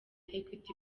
equity